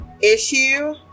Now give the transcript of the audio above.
issue